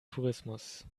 tourismus